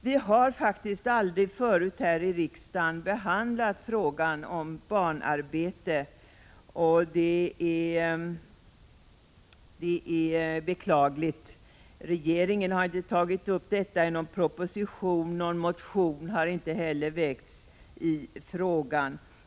Vi har faktiskt aldrig förut här i riksdagen behandlat frågan om barnarbete. Detta är beklagligt! Regeringen har inte tagit upp detta i någon proposition. Någon motion har heller inte väckts i frågan.